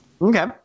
Okay